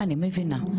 אני מבינה.